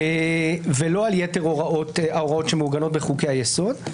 ולא על יתר ההוראות שמעוגנות בחוקי היסוד.